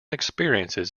experiences